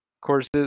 courses